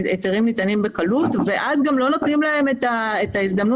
היתרים ניתנים בקלות ואז גם לא נותנים להן את ההזדמנות